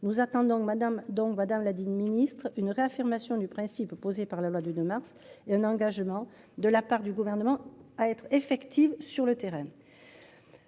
Nous attendons que Madame donc madame la ministre, une réaffirmation du principe posé par la loi du 2 mars et un engagement de la part du gouvernement à être effective sur le terrain.--